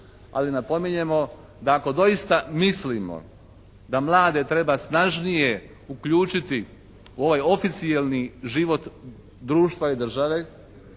ali napominjemo da ako doista mislimo da mlade treba snažnije uključiti u ovaj oficijelni život društva i države